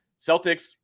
Celtics